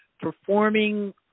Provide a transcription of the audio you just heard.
performing